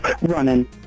running